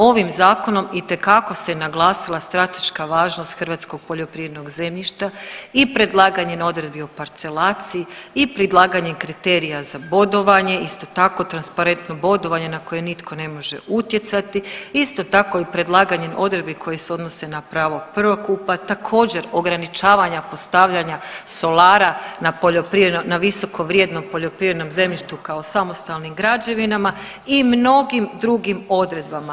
Ovim zakonom itekako se naglasila strateška važnost hrvatskog poljoprivrednog zemljišta i predlaganje na odredbi o parcelaciji i predlaganje kriterija za bodovanje, isto tako transparentno bodovanje na koje nitko ne može utjecati, isto tako i predlaganje odredbi koje se odnose na pravo prvokupa, također ograničavanja postavljanja solara na visoko vrijednom poljoprivrednom zemljištu kao samostalnim građevinama i mnogim drugim odredbama.